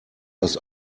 das